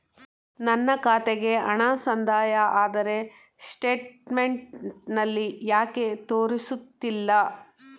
ನನ್ನ ಖಾತೆಗೆ ಹಣ ಸಂದಾಯ ಆದರೆ ಸ್ಟೇಟ್ಮೆಂಟ್ ನಲ್ಲಿ ಯಾಕೆ ತೋರಿಸುತ್ತಿಲ್ಲ?